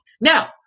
now